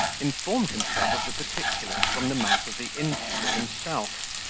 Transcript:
informed himself of the particulars from the mouth of the innkeeper himself,